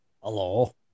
Hello